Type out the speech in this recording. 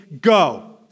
go